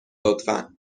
لطفا